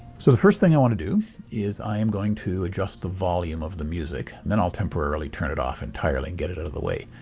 so the first thing i want to do is, i am going to adjust the volume of the music and then i'll temporarily turn it off entirely and get it out of the way.